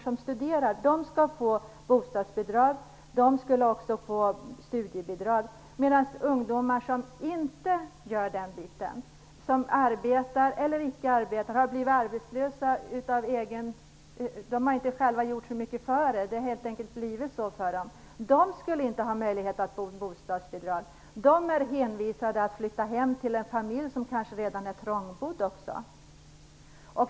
Ungdomar som studerar skall få bostadsbidrag och studiebidrag, medan ungdomar som inte studerar utan som arbetar, eller som icke arbetar - de har helt enkelt bara blivit arbetslösa - inte skall ha möjlighet att få bostadsbidrag. Dessa ungdomar är hänvisade till att flytta hem till en familj som kanske redan är trångbodd.